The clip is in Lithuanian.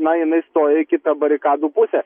na jinai stoja į kitą barikadų pusę